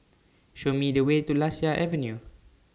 Show Me The Way to Lasia Avenue